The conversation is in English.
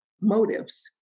motives